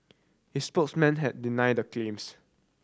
his spokesmen have denied the claims